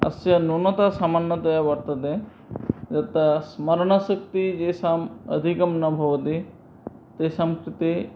अस्य न्यूनता सामान्यतया वर्तते यथा स्मरणशक्तिः एषाम् अधिकं न भवति तेषा कृते